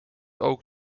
ook